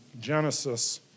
Genesis